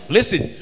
Listen